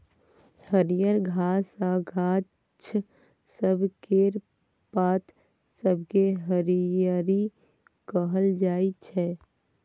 हरियर घास आ गाछ सब केर पात सबकेँ हरियरी कहल जाइ छै